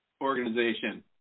organization